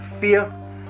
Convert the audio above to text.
fear